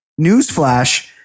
Newsflash